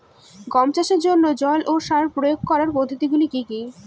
গম চাষের জন্যে জল ও সার প্রয়োগ করার পদ্ধতি গুলো কি কী?